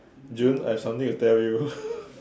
did you know I have something to tell you